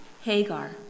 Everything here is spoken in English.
Hagar